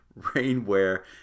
rainwear